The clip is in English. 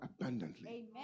abundantly